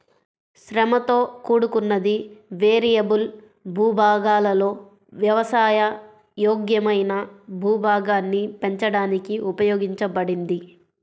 శ్రమతో కూడుకున్నది, వేరియబుల్ భూభాగాలలో వ్యవసాయ యోగ్యమైన భూభాగాన్ని పెంచడానికి ఉపయోగించబడింది